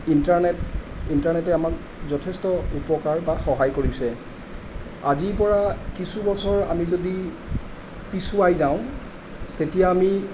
internet ইণ্টাৰনেটে আমাক যথেষ্ট উপকাৰ বা সহায় কৰিছে আজিৰ পৰা কিছু বছৰ আমি যদি পিছুৱাই যাওঁ তেতিয়া আমি